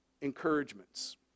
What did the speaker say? encouragements